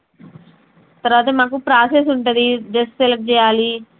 తర్వాత మాకు ప్రాసెస్ ఉంటుంది డ్రెస్ సెలక్ట్ చెయ్యాలి